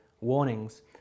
warnings